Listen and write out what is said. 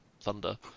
thunder